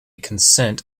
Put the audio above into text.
consent